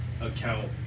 account